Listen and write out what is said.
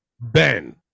Ben